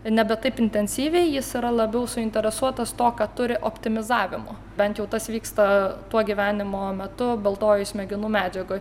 nebe taip intensyviai jis yra labiau suinteresuotas tuo kad turi optimizavimo bent jau tas vyksta tuo gyvenimo metu baltojoj smegenų medžiagoj